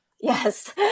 Yes